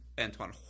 Antoine